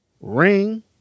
ring